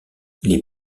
les